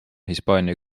hispaania